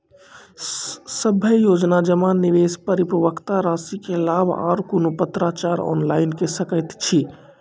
सभे योजना जमा, निवेश, परिपक्वता रासि के लाभ आर कुनू पत्राचार ऑनलाइन के सकैत छी?